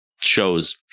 shows